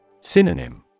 Synonym